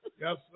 Yes